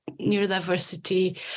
neurodiversity